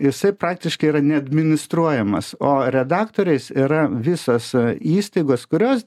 jisai praktiškai yra neadministruojamas o redaktoriais yra visos įstaigos kurios